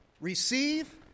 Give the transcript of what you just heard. receive